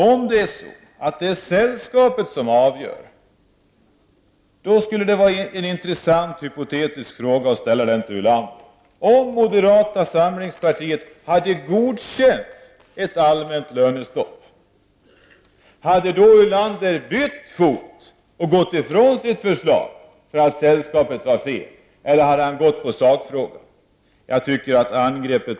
Om det är sällskapet som avgör skulle det vara intressant att ställa denna hypotetiska fråga till Ulander: Om moderata samlingspartiet hade godkänt ett allmänt lönestopp, hade då Ulander bytt fot och gått ifrån sitt förslag bara för att sällskapet var fel, eller hade han bara tagit ställning till sakfrågan?